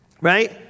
right